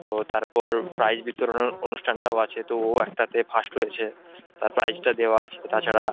তো তারপর প্রাইজ বিতরণের অনুষ্ঠানটাও আছে তো ও একটাতে ফার্স্ট হয়েছে তার প্রাইজটা দেওয়া আছে তাছাড়া